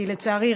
לצערי,